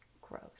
Gross